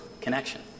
connection